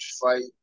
fight